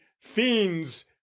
fiends